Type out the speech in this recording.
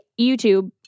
YouTube